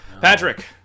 Patrick